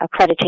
Accreditation